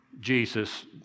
Jesus